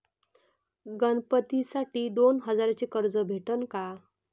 गणपतीसाठी दोन हजाराचे कर्ज भेटन का?